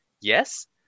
yes